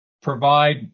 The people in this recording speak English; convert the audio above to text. provide